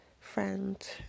friend